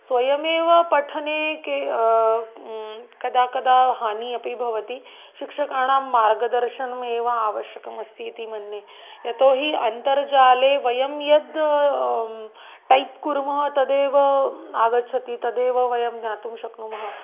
स्वयमेव पठने के कदा कदा हानि अपि भवति शिक्षकाणां मार्गदर्शनमेव आवश्यकमस्ति इति मन्ये यतोहि अन्तर्जाले वयं यत् टैप् कुर्मः तदेव आगच्छति तदेव वयं ज्ञातुं शक्नुमः